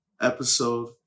episode